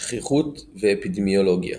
שכיחות ואפידמיולוגיה